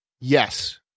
Yes